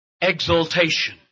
exaltation